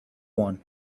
one